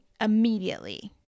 immediately